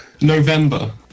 November